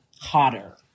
hotter